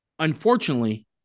unfortunately